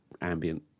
ambient